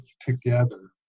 together